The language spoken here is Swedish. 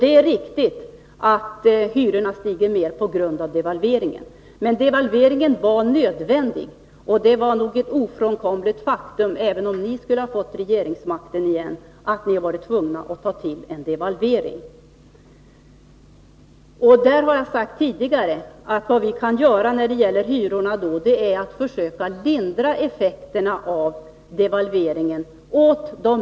Det är riktigt att hyrorna stiger mer på grund av devalveringen, men den var nödvändig, och det är ofrånkomligt faktum att ni, om ni hade fått regeringsmakten igen, också hade varit tvungna att göra en devalvering. Jag har redan sagt att vad vi nu kan göra är att för de mest utsatta grupperna försöka lindra effekterna av devalveringen.